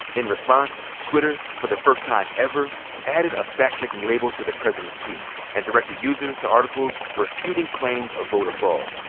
in response, twitter for the first time ever added a fact-checking label to the president's tweet and directed users to articles refuting claims of voter fraud.